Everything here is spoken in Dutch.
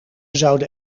zouden